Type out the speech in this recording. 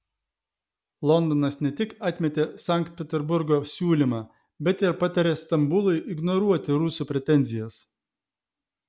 londonas ne tik atmetė sankt peterburgo siūlymą bet ir patarė stambului ignoruoti rusų pretenzijas